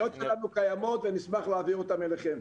התכניות שלנו קיימות ונשמח להעביר אליכם.